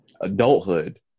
adulthood